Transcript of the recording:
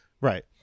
right